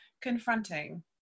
confronting